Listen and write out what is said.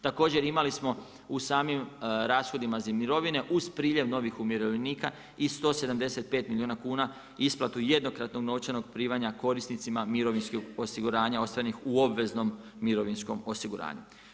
Također imali smo u samim rashodima za mirovine uz priljev novih umirovljenika i 175 milijuna kuna isplatu jednokratnog novčanog primanja korisnicima mirovinskog osiguranja ostvarenih u obveznom mirovinskom osiguranju.